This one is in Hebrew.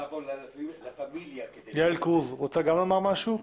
כן,